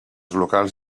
locals